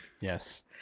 yes